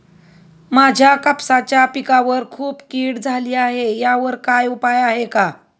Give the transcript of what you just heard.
माझ्या कापसाच्या पिकावर खूप कीड झाली आहे यावर काय उपाय आहे का?